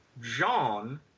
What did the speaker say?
John